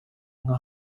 nka